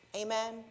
Amen